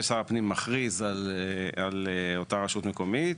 שר הפנים מכריז על אותה רשות מקומית